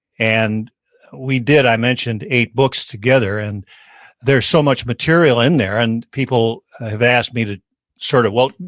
and we did, i mentioned, eight books together, and there's so much material in there, and people have asked me to sort of well,